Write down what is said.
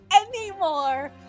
anymore